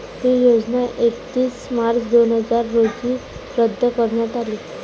ही योजना एकतीस मार्च दोन हजार रोजी रद्द करण्यात आली